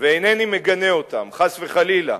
ואינני מגנה אותם, חס וחלילה.